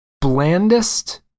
blandest